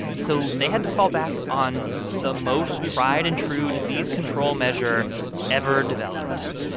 so they had to fall back on the most tried and true disease control measure ever developed.